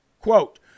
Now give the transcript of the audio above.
quote